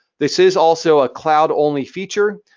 this is also a cloud-only feature.